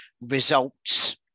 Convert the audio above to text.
results